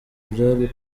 byari